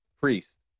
Priest